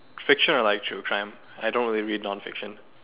fiction I like true crime I don't really read non fiction